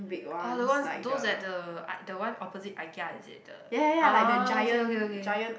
orh the ones those at the uh the one opposite Ikea is it the ah okay okay okay